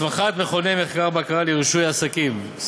הסמכת מכוני בקרה לרישוי עסקים,